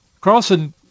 Carlson